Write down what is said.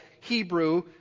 Hebrew